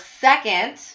second